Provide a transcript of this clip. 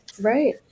right